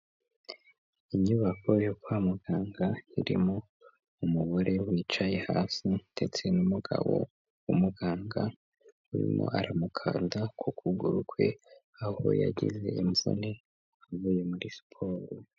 Inyubako yo kwa muganga irimo umugore wicaye hasi ndetse n'umugabo w’umuganga, urimo aramukanda k’ukuguru kwe aho yagize imvune avuye muri siporo.